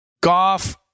Golf